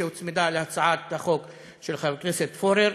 שהוצמדה להצעת החוק של חבר הכנסת פורר,